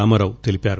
రామారావు తెలిపారు